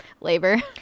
Labor